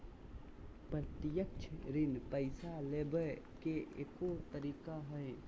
प्रत्यक्ष ऋण पैसा लेबे के एगो तरीका हइ